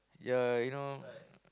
ya you know